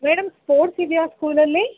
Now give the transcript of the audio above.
madam sports ಇದ್ಯಾ ಸ್ಕೂಲಲ್ಲಿ